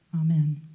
Amen